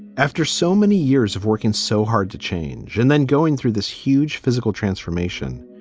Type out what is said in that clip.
after so many years of working so hard to change and then going through this huge physical transformation.